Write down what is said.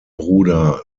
bruder